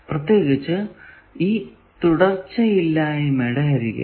പ്രത്യേകിച്ച് ഈ തുടർച്ചയില്ലായ്മയുടെ അരികെ